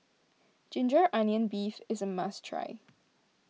Ginger Onions Beef is a must try